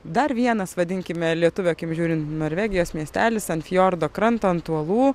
dar vienas vadinkime lietuvio akim žiūrint norvegijos miestelis ant fiordo kranto ant uolų